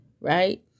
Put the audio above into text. right